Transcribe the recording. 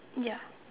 ya